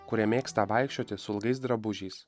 kurie mėgsta vaikščioti su ilgais drabužiais